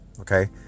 okay